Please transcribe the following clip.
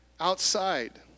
outside